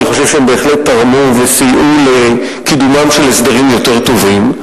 אני חושב שהם בהחלט תרמו וסייעו לקידומם של הסדרים יותר טובים.